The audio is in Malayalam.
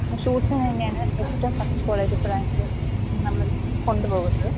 ആ ഷൂസ് വേണേൽ ഏറ്റവും ഫസ്റ്റ് ക്വാളിറ്റി ബ്രാൻഡ് നമ്മൾ കൊണ്ട് പോകുന്നത്